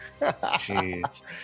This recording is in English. Jeez